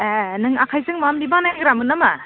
ए नों आखायजों माबा माबि बानायग्रामोन नामा